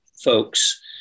folks